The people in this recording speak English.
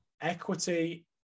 equity